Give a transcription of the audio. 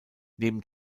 neben